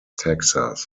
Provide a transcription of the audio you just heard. texas